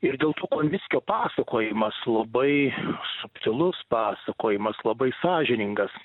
ir dėl to konvickio pasakojimas labai subtilus pasakojimas labai sąžiningas